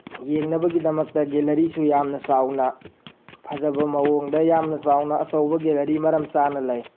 ꯌꯦꯡꯅꯕꯒꯤꯗꯃꯛꯇ ꯒꯦꯂꯔꯤꯁꯨ ꯌꯥꯝꯅ ꯆꯥꯎꯅ ꯐꯖꯕ ꯃꯑꯣꯡꯗ ꯌꯥꯝꯅ ꯆꯥꯎꯅ ꯑꯆꯧꯕ ꯒꯦꯜꯂꯔꯤ ꯃꯔꯝꯆꯥꯅ ꯂꯩ